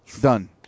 Done